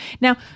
Now